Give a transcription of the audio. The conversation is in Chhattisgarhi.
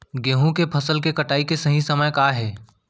गेहूँ के फसल के कटाई के सही समय का हे?